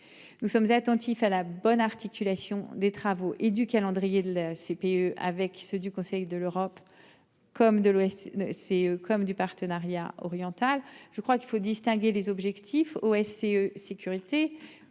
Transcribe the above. Nous sommes attentifs à la bonne articulation des travaux et du calendrier de la CPE avec ceux du Conseil de l'Europe. Comme de l'Ouest. C'est comme du Partenariat oriental. Je crois qu'il faut distinguer les objectifs OSCE sécurité